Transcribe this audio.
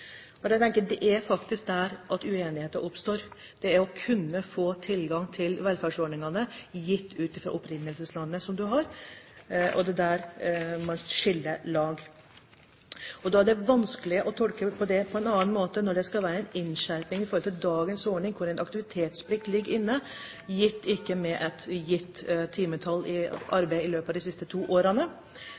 Jeg tenker at det faktisk er der uenigheten oppstår – det å kunne få tilgang til velferdsordningene, gitt det opprinnelseslandet man har. Det er der man skiller lag. Det er vanskelig å tolke det på en annen måte når det skal være en innskjerping i forhold til dagens ordning, hvor en aktivitetsplikt ligger inne. Når man ikke har hatt et gitt timetall for arbeid i løpet av de siste to årene,